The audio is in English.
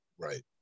Right